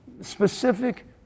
specific